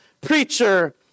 preacher